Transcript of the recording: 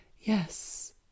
Yes